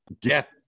get